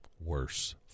worse